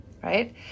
right